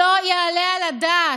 שלא יעלה על הדעת,